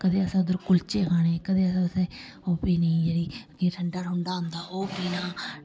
कदें असें उद्धर कुल्चे खाने कदें असें उत्थै ओह् पीनी जेह्ड़ी जेह्ड़ा ठंडा ठुंडा हुंदा ओह् पीना